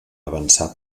avançar